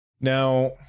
Now